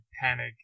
panic